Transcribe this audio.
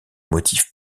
motifs